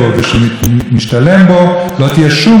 לא תהיה שום בעיה ויהיו מספיק אנשים,